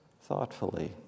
thoughtfully